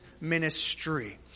ministry